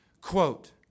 Quote